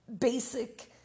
basic